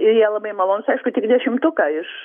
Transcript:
jie labai malonūs aišku tik dešimtuką iš